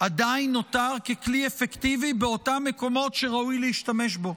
עדיין נותר כלי אפקטיבי באותם מקומות שבהם ראוי להשתמש בו.